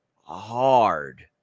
hard